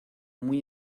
muy